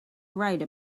write